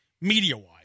media-wise